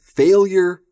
failure